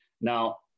Now